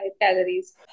calories